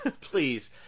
please